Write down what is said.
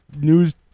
news